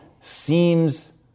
seems